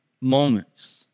moments